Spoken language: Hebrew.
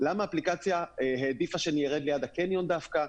למה האפליקציה העדיפה שנרד ליד הקניון דווקא?